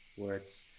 where it's.